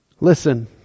Listen